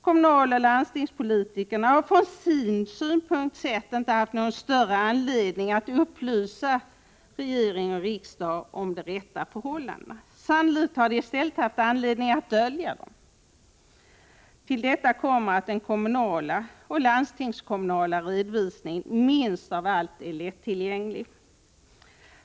Kommunaloch landstingspolitikerna har från sin synpunkt sett inte haft någon större anledning att upplysa regering och riksdag om de rätta förhållandena. Sannolikt har de i stället haft anledning att dölja dem. Till detta kommer att den kommunala — och landstingskommunala — redovisningen minst av allt är lättillgänglig.